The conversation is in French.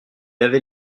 lavé